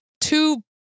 two